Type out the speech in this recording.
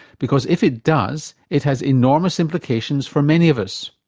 because if it does, it has enormous implications for many of us.